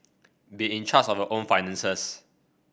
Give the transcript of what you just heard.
be in charge of a own finances